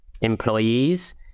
employees